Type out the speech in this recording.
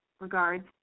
Regards